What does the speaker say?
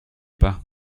pas